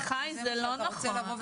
אם זה מה שאתה רוצה לבוא ולומר,